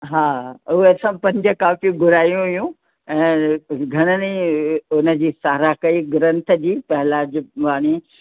हा उहे असां पंज कापियूं घुरायूं हुयूं ऐं घणनि ई उन जी साराहु कई ग्रंथ जी पहलाज वाणी जी